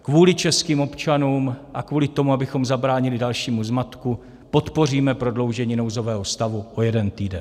Kvůli českým občanům a kvůli tomu, abychom zabránili dalšímu zmatku, podpoříme prodloužení nouzového stavu o jeden týden.